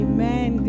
Amen